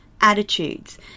attitudes